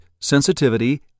sensitivity